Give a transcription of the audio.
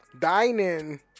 dining